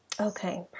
Okay